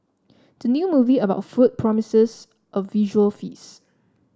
the new movie about food promises a visual feast